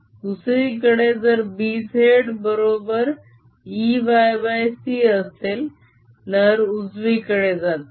दुसरीकडे जर Bz बरोबर Eyc असेल लहर उजवीकडे जाते आहे